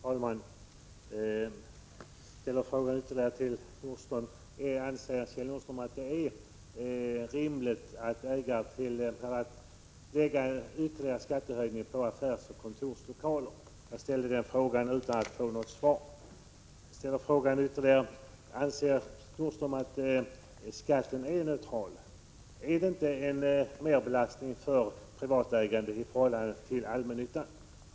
Fru talman! Till Kjell Nordström ställde jag frågan om det är rimligt att 16 december 1986 lägga en ytterligare skattehöjning på affärsoch kontorslokaler. Jag harinte = Jr cd oder osee fått svar. Jag vill vidare fråga Kjell Nordström om han anser att skatten är neutral. Är det inte en merbelastning av privata ägande i förhållande till allmännyttan?